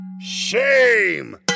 Shame